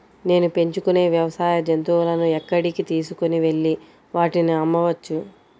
నేను పెంచుకొనే వ్యవసాయ జంతువులను ఎక్కడికి తీసుకొనివెళ్ళి వాటిని అమ్మవచ్చు?